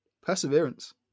perseverance